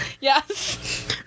yes